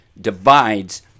divides